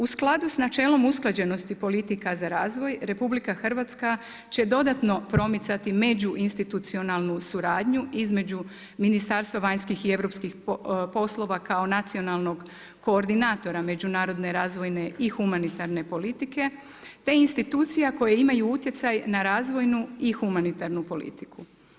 U skladu sa načelom usklađenosti politika za razvoj, RH će dodatno promicati međuinstitucionalnu suradnju između Ministarstva vanjskih i europskih poslova kao nacionalnog koordinatora međunarodne razvojne i humanitarne politike, te institucija koje imaju utjecaj na razvojnu i humanitarnu politiku.